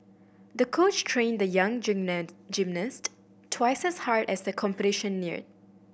the coach trained the young gymnast twice as hard as the competition neared